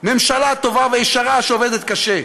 ממשלה טובה וישרה, שעובדת קשה.